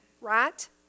right